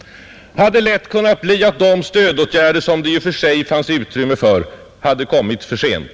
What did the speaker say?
— hade lätt kunnat bli att de stödåtgärder som det i och för sig fanns utrymme för hade kommit för sent.